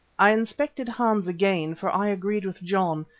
i inspected hans again, for i agreed with john.